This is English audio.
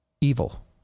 evil